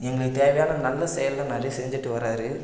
எங்களுக்கு தேவையான நல்ல செயலெலாம் நிறைய செஞ்சுட்டு வரார்